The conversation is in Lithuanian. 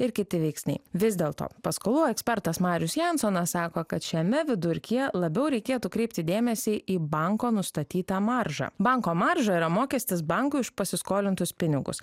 ir kiti veiksniai vis dėlto paskolų ekspertas marius jansonas sako kad šiame vidurkyje labiau reikėtų kreipti dėmesį į banko nustatytą maržą banko marža yra mokestis bankui už pasiskolintus pinigus